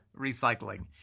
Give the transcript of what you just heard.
recycling